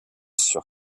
sur